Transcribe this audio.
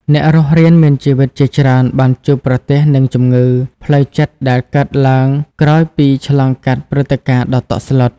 អ្នករស់រានមានជីវិតជាច្រើនបានជួបប្រទះនឹងជំងឺ ផ្លូវចិត្តដែលកើតឡើងក្រោយពីឆ្លងកាត់ព្រឹត្តិការណ៍ដ៏តក់ស្លុត។